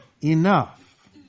enough